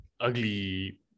ugly